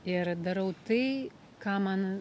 ir darau tai ką man